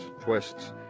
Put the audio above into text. twists